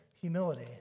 humility